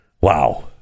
Wow